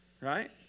right